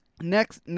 Next